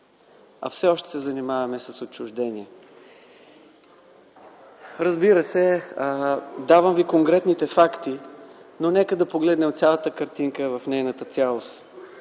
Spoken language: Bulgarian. а все още се занимавам с отчуждение. Разбира се, давам Ви конкретните факти, но нека да погледнем картинката в нейната цялост.